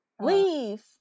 Leave